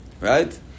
right